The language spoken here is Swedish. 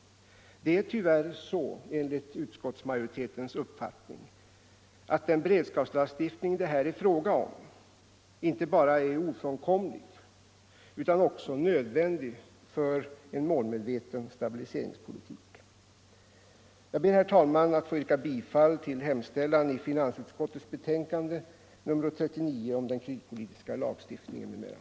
Det är enligt utskottsmajoritetens uppfattning tyvärr så, att den beredskapslagstiftning det här är fråga om inte bara är ofrånkomlig utan också nödvändig för en målmedveten stabiliseringspolitik. Jag ber, herr talman, att få yrka bifall till utskottets hemställan i finansutskottets betänkande nr 39 om den kreditpolitiska lagstiftningen m.m.